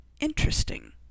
interesting